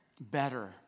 better